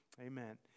Amen